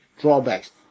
drawbacks